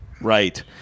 Right